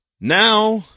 Now